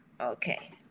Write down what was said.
Okay